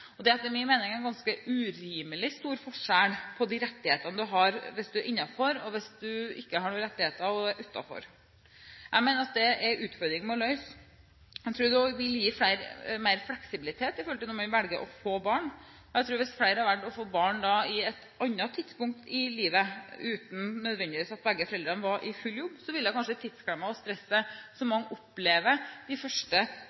Det er etter min mening en ganske urimelig stor forskjell på de rettighetene du har hvis du er innenfor, og hvis du er utenfor og ikke har noen rettigheter. Jeg mener at det er en utfordring vi må løse. Jeg tror at det også vil gi flere mer fleksibilitet med tanke på når man velger å få barn. Jeg tror at hvis flere hadde valgt å få barn på et annet tidspunkt i livet, uten at begge foreldrene nødvendigvis var i full jobb, ville kanskje tidsklemma og stresset som mange opplever de første